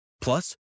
Plus